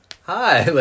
hi